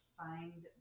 find